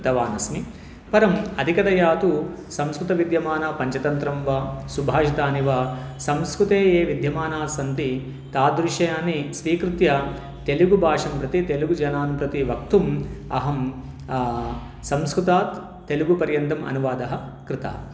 कृतवानस्मि परम् अधिकतया तु संस्कृते विद्यमानाः पञ्चतन्त्रं वा सुभाषितानि वा संस्कृते ये विद्यमानाः सन्ति तादृशानि स्वीकृत्य तेलुगुभाषां प्रति तेलुगुजनान् प्रति वक्तुम् अहं संस्कृतात् तेलुगु पर्यन्तम् अनुवादः कृतः